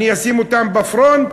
אני אשים אותם בפרונט,